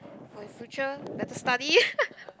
for his future better study